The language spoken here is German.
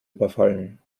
überfallen